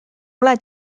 ole